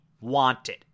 wanted